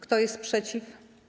Kto jest przeciw?